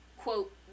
quote